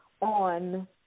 on